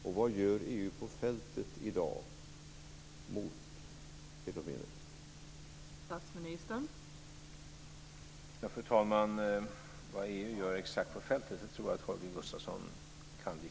Och vad gör EU på fältet i dag mot fenomenet?